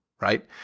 right